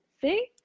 See